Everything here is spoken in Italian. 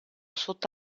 sotto